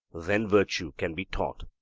then virtue can be taught.